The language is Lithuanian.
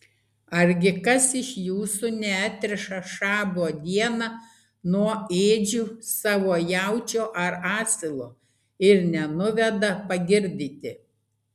argi kas iš jūsų neatriša šabo dieną nuo ėdžių savo jaučio ar asilo ir nenuveda pagirdyti